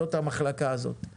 זאת המחלקה הזאת.